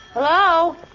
Hello